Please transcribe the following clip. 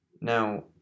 Now